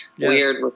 weird